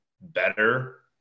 better